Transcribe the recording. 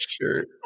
shirt